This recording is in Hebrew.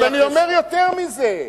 אני אומר יותר מזה,